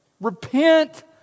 repent